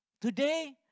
Today